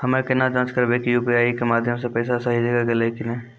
हम्मय केना जाँच करबै की यु.पी.आई के माध्यम से पैसा सही जगह गेलै की नैय?